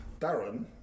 darren